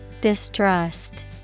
Distrust